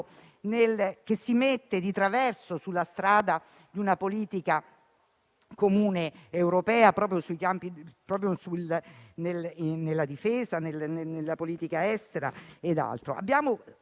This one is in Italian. che si mette di traverso sulla strada di una politica europea comune proprio nella difesa, nella politica estera e in altri